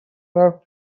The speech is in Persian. برف